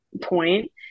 point